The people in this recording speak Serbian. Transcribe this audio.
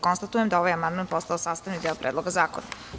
Konstatujem da je ovaj amandman postao sastavni deo Predloga zakona.